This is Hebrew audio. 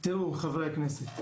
חברי הכנסת,